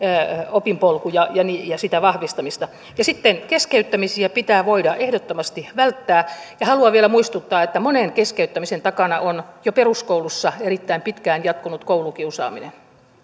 opinpolkuja ja sitä vahvistamista ja sitten keskeyttämisiä pitää voida ehdottomasti välttää ja haluan vielä muistuttaa että monen keskeyttämisen takana on jo peruskoulussa erittäin pitkään jatkunut koulukiusaaminen